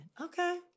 okay